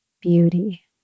beauty